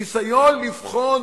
ניסיון לבחון